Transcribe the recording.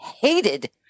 hated